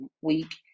week